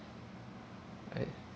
I